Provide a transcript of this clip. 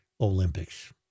Olympics